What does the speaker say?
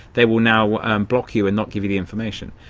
they will now block you and not give you the information.